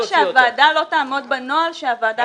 למה שהוועדה לא תעמוד בנוהל שהוועדה קבעה?